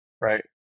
right